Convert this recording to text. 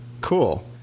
cool